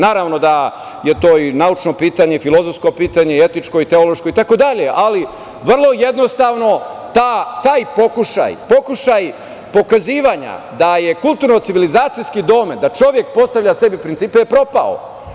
Naravno da je to i naučno pitanje, filozofsko pitanje, etičko, teološko itd, ali vrlo jednostavno taj pokušaj, pokušaj pokazivanja da je kulturno-civilizacijski domen da čovek postavlja sebi principe je propao.